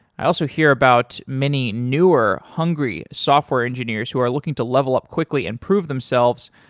i also hear about many newer hungry software engineers who are looking to level up quickly improve themselves.